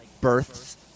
births